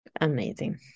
amazing